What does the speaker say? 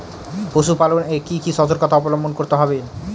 পশুপালন এ কি কি সর্তকতা অবলম্বন করতে হবে?